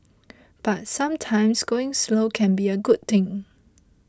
but sometimes going slow can be a good thing